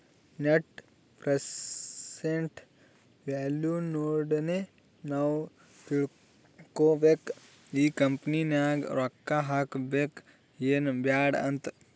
net present value ನೋಡಿನೆ ನಾವ್ ತಿಳ್ಕೋಬೇಕು ಈ ಕಂಪನಿ ನಾಗ್ ರೊಕ್ಕಾ ಹಾಕಬೇಕ ಎನ್ ಬ್ಯಾಡ್ ಅಂತ್